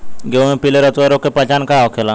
गेहूँ में पिले रतुआ रोग के पहचान का होखेला?